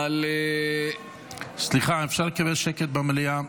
על --- סליחה, אפשר לקבל שקט במליאה?